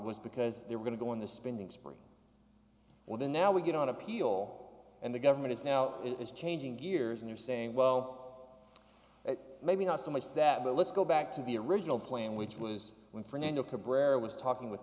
was because they were going to go on the spending spree with a now we get on appeal and the government is now it's changing gears and they're saying well it maybe not so much that but let's go back to the original plan which was when fernando cabrera was talking with